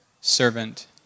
servant